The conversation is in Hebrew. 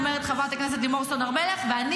אה,